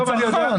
הצרכן.